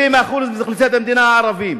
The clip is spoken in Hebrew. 20% מאוכלוסיית המדינה הם ערבים.